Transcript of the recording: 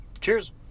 cheers